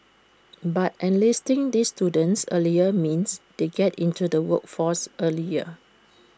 but enlisting these students earlier means they get into the workforce earlier